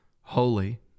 holy